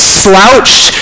slouched